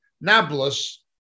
Nablus